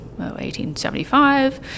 1875